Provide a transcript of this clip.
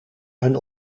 hun